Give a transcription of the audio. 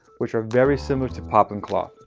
which are very similar to poplin cloth.